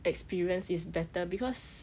experience is better because